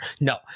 No